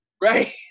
Right